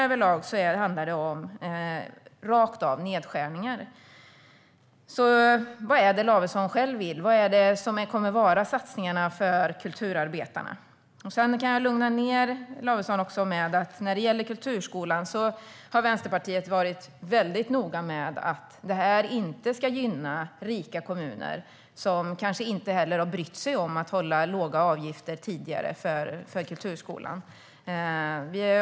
Överlag handlar det om nedskärningar rakt av. Vad är det Lavesson själv vill? Vad kommer det att vara för satsningar för kulturarbetarna? Jag kan lugna Lavesson med att när det gäller kulturskolan har Vänsterpartiet varit mycket noga med att det här inte ska gynna rika kommuner som kanske inte heller har brytt sig om att hålla låga avgifter för kulturskolan tidigare.